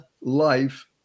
life